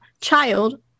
child